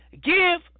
give